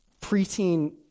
preteen